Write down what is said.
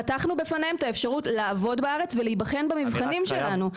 פתחנו בפניהם את האפשרות לעבוד בארץ ולהיבחן במבחנים שלנו.